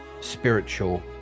spiritual